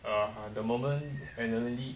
at the moment emiliy